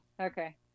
okay